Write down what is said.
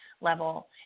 level